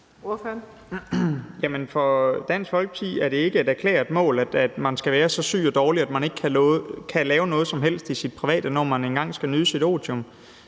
for Dansk Folkeparti er det ikke et erklæret mål, at man skal være så syg og dårlig, at man ikke kan lave noget som helst i sit privatliv, når man engang skal nyde sit otium.